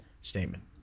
statement